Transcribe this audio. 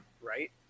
right